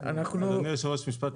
אדוני היושב ראש משפט לסיום.